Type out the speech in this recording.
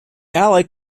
ally